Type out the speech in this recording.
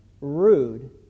rude